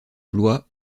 blois